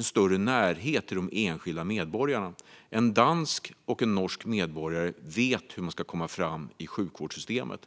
större närhet till de enskilda medborgarna. En dansk och en norsk medborgare vet hur de ska komma fram i sjukvårdssystemet.